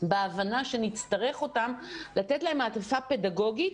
בהבנה שנצטרך אותם, מעטפה פדגוגית,